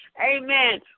Amen